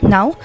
Now